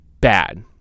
bad